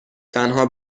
تنها